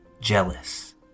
jealous